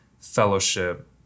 fellowship